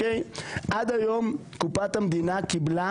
עד היום קופת המדינה קיבלה,